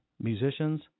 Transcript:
musicians